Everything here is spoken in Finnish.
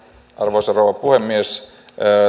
arvoisa rouva puhemies